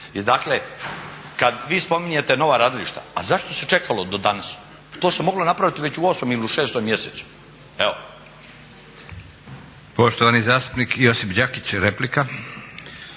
Dakle kad vi spominjete nova radilišta, a zašto se čekalo do danas, to se moglo napraviti već u 8. ili u 6. mjesecu.